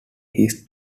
his